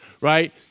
right